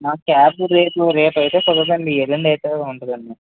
మా క్యాబ్ రేపు రేపు అయితే అయితే కుదరదు అండి ఎల్లుండి అయితే ఉంటుంది అండి